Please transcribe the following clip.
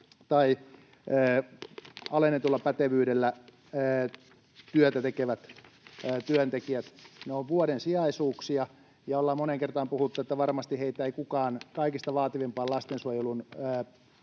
tai alennetulla pätevyydellä työtä tekevät työntekijät. Ne ovat vuoden sijaisuuksia, ja ollaan moneen kertaan puhuttu, että varmasti heitä ei kukaan kaikista vaativimpaan lastensuojelun